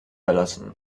verlassen